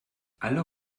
alle